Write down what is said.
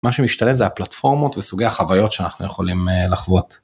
מה שמשתלט זה הפלטפורמות וסוגי החוויות שאנחנו יכולים לחוות.